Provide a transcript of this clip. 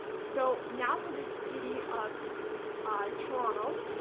so, now, for the city of toronto,